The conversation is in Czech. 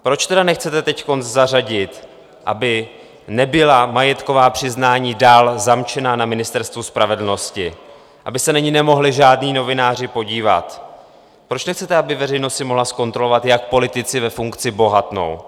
Proč tedy nechcete teď zařadit, aby nebyla majetková přiznání dál zamčená na Ministerstvu spravedlnosti, aby se na ně nemohli žádní novináři podívat, proč nechcete, aby si veřejnost mohla zkontrolovat, jak politici ve funkci bohatnou?